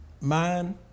man